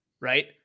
right